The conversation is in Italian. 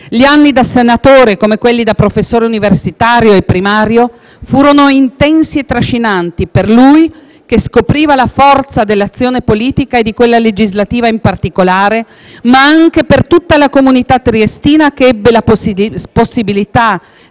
Gli anni da senatore, come quelli da professore universitario e primario, furono intensi e trascinanti per lui che scopriva la forza dell'azione politica e di quella legislativa in particolare, ma anche per tutta la comunità triestina che ebbe la possibilità